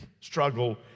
Struggle